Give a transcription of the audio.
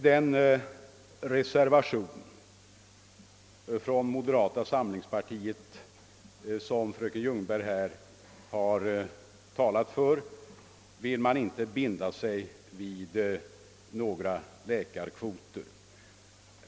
den reservation som fröken Ljungberg har talat för, inte binda sig för några läkarkvoter.